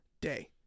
day